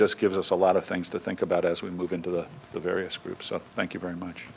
just gives us a lot of things to think about as we move into the the various groups thank you very much